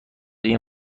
این